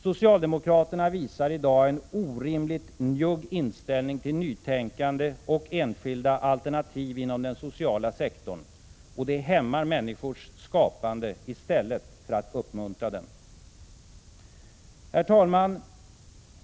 Socialdemokraterna visar i dag en orimligt njugg inställning till nytänkande och enskilda alternativ inom den sociala sektorn. Det hämmar människors skapande i stället för att uppmuntra det. Herr talman!